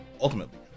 ultimately